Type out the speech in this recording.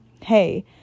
Hey